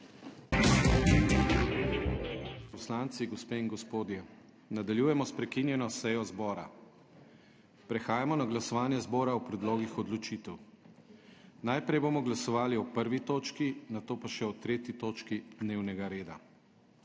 poslanci, gospe in gospodje, nadaljujemo s prekinjeno sejo zbora. Prehajamo na glasovanje zbora o predlogih odločitev. Najprej bomo glasovali o 1. točki, nato pa še o 3. točki dnevnega reda.